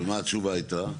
ומה התשובה הייתה?